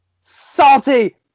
salty